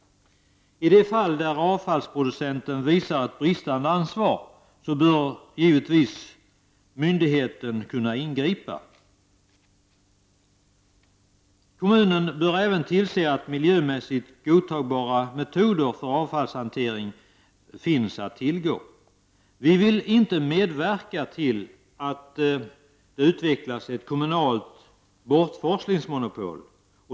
I de fall där avfallsproducenten visar ett bristande ansvar bör myndigheten givetvis kunna ingripa. Kommunen bör även tillse att miljömässigt godtagbara metoder för avfallshantering finns att tillgå. Vi vill inte medverka till att det utvecklas ett kommunalt bortforslingsmonopol.